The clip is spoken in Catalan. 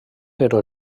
però